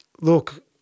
look